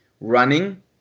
running